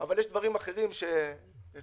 אבל יש דברים אחרים, שחלקם